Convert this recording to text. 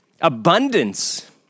abundance